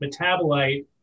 metabolite